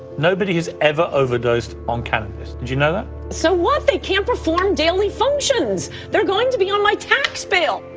nobody has ever overdosed on cannabis. d'you know that? so what? they can't perform daily functions they're going to be on my tax bill!